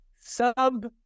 sub